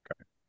Okay